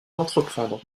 d’entreprendre